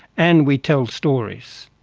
and we tell stories.